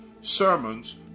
sermons